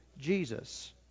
Jesus